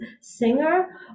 singer